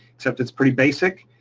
except it's pretty basic.